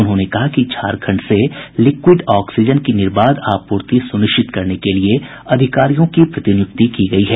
उन्होंने कहा कि झारखंड से लिक्विड ऑक्सीजन की निर्बाध आपूर्ति सुनिश्चित करने के लिए अधिकारियों की प्रतिनियुक्ति की गयी है